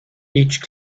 each